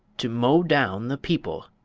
to mow down the people,